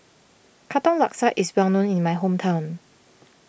Katong Laksa is well known in my hometown